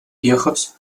piojos